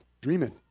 Dreaming